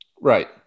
Right